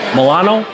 Milano